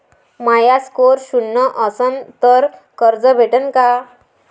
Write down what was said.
माया score शून्य असन तर मले कर्ज भेटन का?